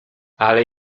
ale